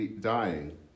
dying